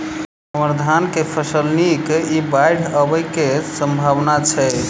हम्मर धान केँ फसल नीक इ बाढ़ आबै कऽ की सम्भावना छै?